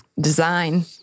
Design